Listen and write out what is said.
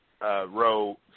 row